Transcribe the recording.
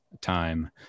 time